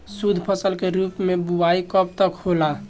शुद्धफसल के रूप में बुआई कब तक होला?